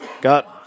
Got